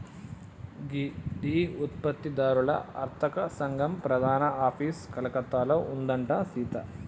గీ tea ఉత్పత్తి దారుల అర్తక సంగం ప్రధాన ఆఫీసు కలకత్తాలో ఉందంట సీత